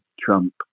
Trump